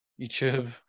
YouTube